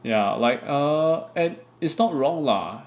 ya like err and it's not wrong lah